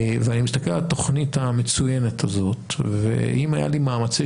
ואני מסתכל על התכנית המצוינת הזאת ואם היו לי מאמצי